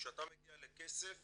כשאתה מגיע לכסף,